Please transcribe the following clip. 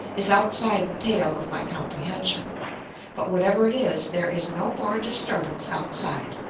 is outside the pale of my comprehension but whatever it is, there is no more disturbance outside.